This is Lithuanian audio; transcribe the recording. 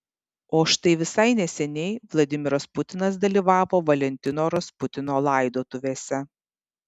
o štai visai neseniai vladimiras putinas dalyvavo valentino rasputino laidotuvėse